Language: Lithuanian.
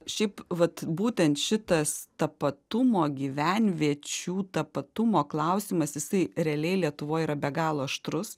šiaip vat būtent šitas tapatumo gyvenviečių tapatumo klausimas jisai realiai lietuvoj yra be galo aštrus